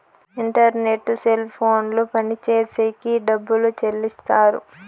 internet cell phones పనిచేసేకి డబ్బులు చెల్లిస్తారు